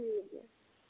ठीक ऐ